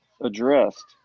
addressed